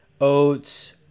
oats